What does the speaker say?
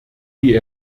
die